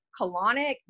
colonic